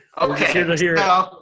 Okay